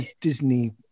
Disney